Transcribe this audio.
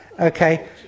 Okay